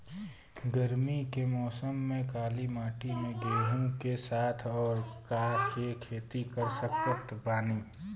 गरमी के मौसम में काली माटी में गेहूँ के साथ और का के खेती कर सकत बानी?